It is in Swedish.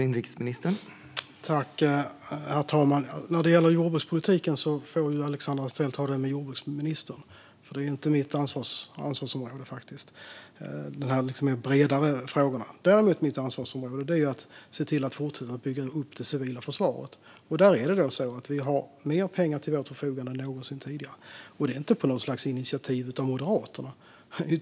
Herr talman! Jordbrukspolitiken får Alexandra Anstrell ta med jordbruksministern. De bredare frågorna är faktiskt inte mitt ansvarsområde. Däremot är mitt ansvarsområde att fortsätta att bygga upp det civila försvaret. Där finns nu mer pengar till vårt förfogande än någonsin tidigare, och det är inte på initiativ av Moderaterna.